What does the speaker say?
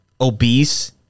obese